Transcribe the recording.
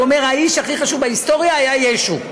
אומר: האיש הכי חשוב בהיסטוריה היה ישו.